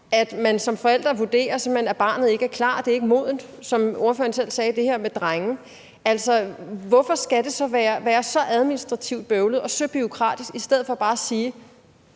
at man som forældre simpelt hen vurderer, at barnet ikke er klar, det er ikke modent – som ordføreren selv sagde i forhold til det her med drenge. Altså, hvorfor skal det være så administrativt bøvlet og så bureaukratisk i stedet for bare at sige,